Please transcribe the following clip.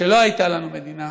כשלא הייתה לנו מדינה,